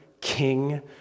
king